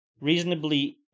reasonably